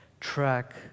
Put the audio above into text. track